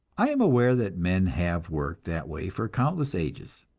i am aware that men have worked that way for countless ages,